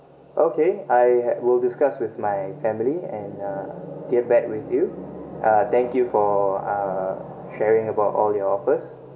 okay I had will discuss with my family and uh get back with you uh thank you for uh sharing about all your offers